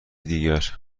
دیگر